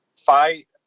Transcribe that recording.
fight